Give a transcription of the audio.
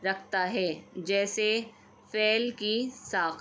رکھتا ہے جیسے فعل کی ساخت